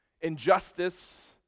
Injustice